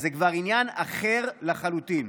אז זה כבר עניין אחר לחלוטין.